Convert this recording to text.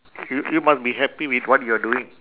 you you must be happy with what you're doing